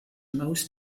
most